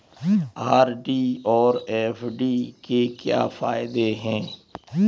RD और FD के क्या फायदे हैं?